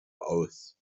aus